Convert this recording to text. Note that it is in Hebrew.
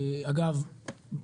אגב,